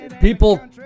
people